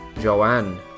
Joanne